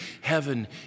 heaven